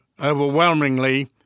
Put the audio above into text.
overwhelmingly